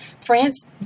France